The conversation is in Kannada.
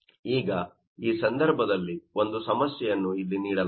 ಈಗ ಈ ಸಂದರ್ಭದಲ್ಲಿ ಒಂದು ಸಮಸ್ಯೆಯನ್ನು ಇಲ್ಲಿ ನೀಡಲಾಗಿದೆ